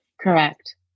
Correct